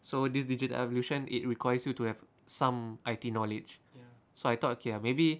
so this digital evolution it requires you to have some I_T knowledge so I thought okay lah maybe